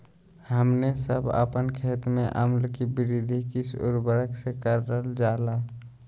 हमने सब अपन खेत में अम्ल कि वृद्धि किस उर्वरक से करलजाला?